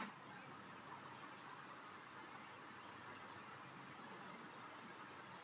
कर्नाटक देश का सबसे बड़ा कॉफी उत्पादन राज्य है, जो लगभग इकहत्तर प्रतिशत है